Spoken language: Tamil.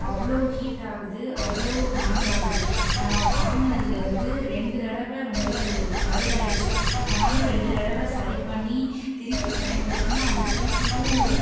அவ்வளோ ஹீட் ஆகுது அவ்வளோ ஹாங் ஆகுது நான் வாங்கினதுலேந்து ரெண்டு தடவை வந்து அது பழுது ஆகிடுச்சு நான் ரெண்டு தடவை சரி பண்ணி திருப்பி பயன்படுத்தின அது திருப்பியும்